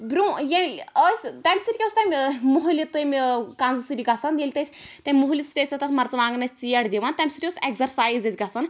برٛونٛہہ ٲسۍ تَمہِ سۭتۍ کیٛاہ اوس تَمہِ ٲں مُہلہِ تہٕ کَنزٕ سۭتۍ گَژھان ییٚلہِ تتہِ تَمہِ مُہلہِ سۭتۍ ٲسۍ تتھ مَرژٕوانٛگن ژیٹھ دِوان تَمہِ سۭتۍ ٲس ایٚگزرسایز اسہِ گَژھان